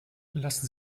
lassen